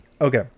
okay